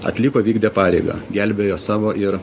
atliko vykdė pareigą gelbėjo savo ir